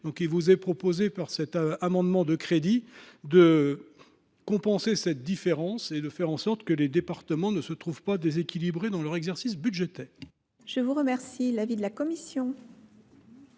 je vous propose, par cet amendement de crédits, de compenser cette différence, de telle sorte que les départements ne se trouvent pas déséquilibrés dans leur exercice budgétaire. Quel est l’avis de la commission